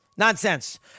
Nonsense